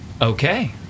Okay